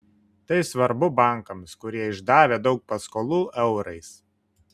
tai svarbu bankams kurie išdavę daug paskolų eurais